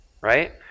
right